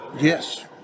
Yes